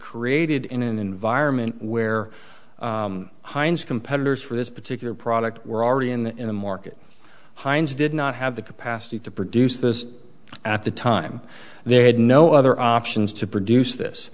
created in an environment where heinz competitors for this particular product were already in the market heinz did not have the capacity to produce this at the time they had no other options to produce this